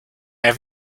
have